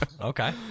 Okay